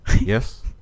Yes